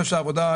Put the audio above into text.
כביש עם תאונות,